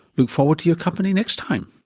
look forward to your company next time